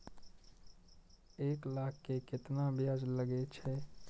एक लाख के केतना ब्याज लगे छै?